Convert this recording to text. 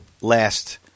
last